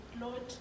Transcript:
Lord